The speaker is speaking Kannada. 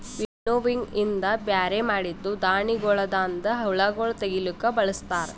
ವಿನ್ನೋವಿಂಗ್ ಇಂದ ಬ್ಯಾರೆ ಮಾಡಿದ್ದೂ ಧಾಣಿಗೊಳದಾಂದ ಹುಳಗೊಳ್ ತೆಗಿಲುಕ್ ಬಳಸ್ತಾರ್